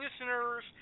listeners